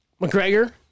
McGregor